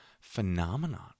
phenomenon